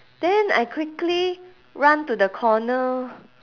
then I quickly run to the corner